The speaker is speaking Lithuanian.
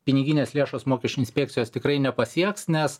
piniginės lėšos mokesčių inspekcijos tikrai nepasieks nes